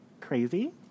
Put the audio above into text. crazy